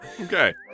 Okay